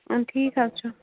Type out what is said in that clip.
ٹھیٖک حظ چھُ